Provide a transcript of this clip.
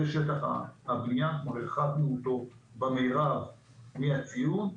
זה שטח הבניין והרחקנו אותו במירב מהציון,